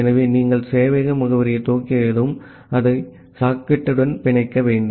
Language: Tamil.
ஆகவே நீங்கள் சேவையக முகவரியை துவக்கியதும் அதை சாக்கெட்டுடன் பிணைக்க வேண்டும்